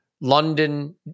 London